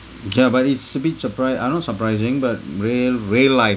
ya but it's a bit surpri~ ah not surprising but real real life